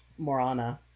Morana